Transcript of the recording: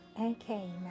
Okay